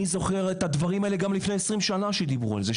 אני זוכר את הדברים האלה גם לפני עשרים שנה שדיברו על זה,